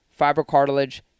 fibrocartilage